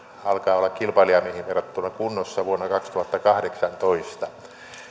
alkaa olla kilpailijamaihin verrattuna kunnossa vuonna kaksituhattakahdeksantoista